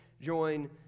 join